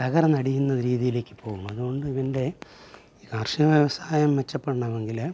തകർന്നടിയുന്ന രീതിയിലേക്ക് പോകും അതുകൊണ്ട് ഇവൻ്റെ കാർഷിക വ്യവസായം മെച്ചപ്പെടണമെങ്കിൽ